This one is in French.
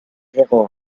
zéro